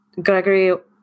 Gregory